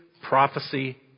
prophecy